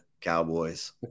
Cowboys